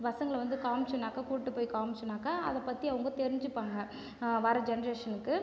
பசங்களை வந்து காமிச்சோம்னாக்கா கூப்பிட்டு போய் காமிச்சோம்னாக்கா அதை பற்றி அவங்க தெரிஞ்சிப்பாங்க வர ஜென்ரேஷனுக்கு